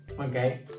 Okay